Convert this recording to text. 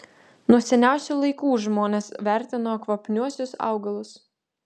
nuo seniausių laikų žmonės vertino kvapniuosius augalus